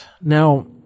Now